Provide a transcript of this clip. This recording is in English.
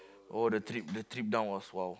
oh the trip the trip down was !wow!